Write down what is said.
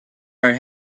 our